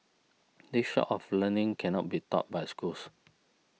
this sort of learning cannot be taught by schools